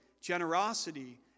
generosity